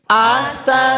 hasta